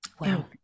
Wow